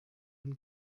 dann